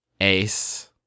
Ace